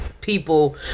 people